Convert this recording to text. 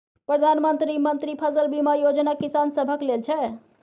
प्रधानमंत्री मन्त्री फसल बीमा योजना किसान सभक लेल छै